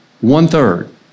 one-third